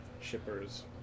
shippers